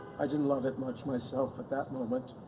i didn't love it much myself at that moment,